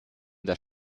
das